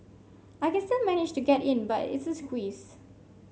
I can still manage to get in but it's a squeeze